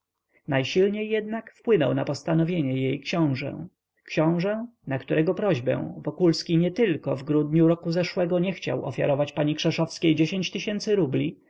najsilniej jednak wpłynął na postanowienia jej książe książe na którego prośbę wokulski nietylko w grudniu roku zeszłego nie chciał ofiarować pani krzeszowskiej dziesięć tysięcy rubli